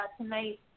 tonight